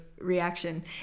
Reaction